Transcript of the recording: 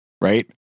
right